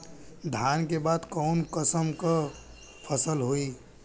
धान के बाद कऊन कसमक फसल होई?